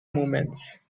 moments